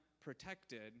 protected